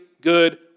good